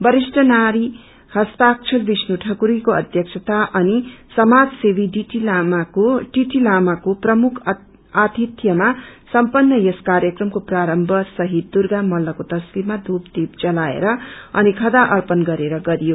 वरिष्ठ नारी हस्ताक्षर विष्णु ठकुरीको अध्यक्षातामा अनि समाजसेवी टि टि लामाको प्रमुख अतिध्यमा समपन्न यस कार्यक्रमको प्रारम्भ शहीद दुर्गा मल्तको तस्वीरमा ध्रूप ढीप जलाएर अनि खदा अर्पण गरेर गरियो